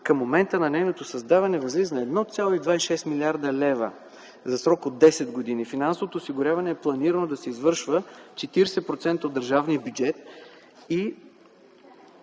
към момента на нейното създаване възлиза на 1,26 млрд. лв. за срок от десет години. Финансовото осигуряване е планирано да се извършва 40% от държавния бюджет,